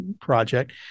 project